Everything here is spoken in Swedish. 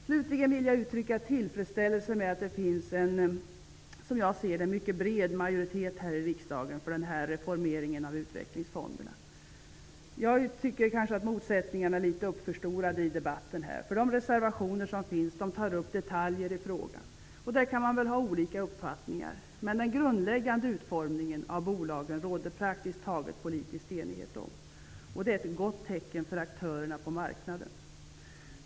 Slutligen vill jag uttrycka tillfredsställelse med att det finns en mycket bred majoritet här i riksdagen för denna reformering av utvecklingsfonderna. Jag tycker att motsättningarna är litet uppförstorade i debatten. De reservationer som finns tar upp detaljer i frågan. Det går väl att ha litet olika uppfattningar. Men den grundläggande utformningen av bolagen råder det praktiskt taget politisk enighet om. Det är ett gott tecken till aktörerna på marknaden.